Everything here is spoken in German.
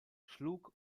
schlug